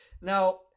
Now